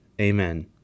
Amen